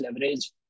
leverage